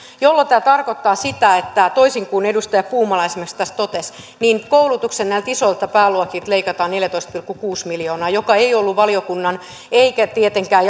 ja tämä tarkoittaa sitä toisin kuin edustaja puumala esimerkiksi tässä totesi että näiltä koulutuksen isoilta pääluokilta leikataan neljätoista pilkku kuusi miljoonaa tämä uusin tieto ei ollut valiokunnan eikä tietenkään